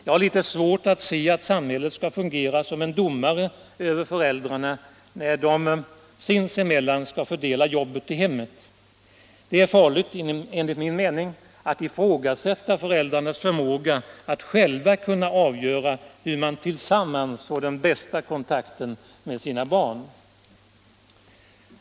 Jag har litet svårt att se att samhället skall fungera som en domare över föräldrarna när de sinsemellan skall fördela jobbet i hemmet. Det är farligt — enligt min mening — att ifrågasätta föräldrarnas förmåga att själva avgöra hur man tillsammans får den bästa kontakten med sina barn.